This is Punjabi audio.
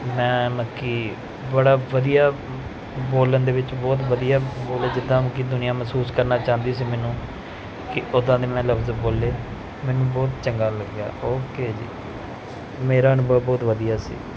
ਮੈਂ ਮਲ ਕਿ ਬੜਾ ਵਧੀਆ ਬੋਲਣ ਦੇ ਵਿੱਚ ਬਹੁਤ ਵਧੀਆ ਬੋਲੇ ਜਿੱਦਾਂ ਮਲ ਕਿ ਦੁਨੀਆ ਮਹਿਸੂਸ ਕਰਨਾ ਚਾਹੁੰਦੀ ਸੀ ਮੈਨੂੰ ਕਿ ਉੱਦਾਂ ਦੇ ਮੈਂ ਲਫਜ਼ ਬੋਲੇ ਮੈਨੂੰ ਬਹੁਤ ਚੰਗਾ ਲੱਗਿਆ ਓਕੇ ਜੀ ਮੇਰਾ ਅਨੁਭਵ ਬਹੁਤ ਬਹੁਤ ਵਧੀਆ ਸੀ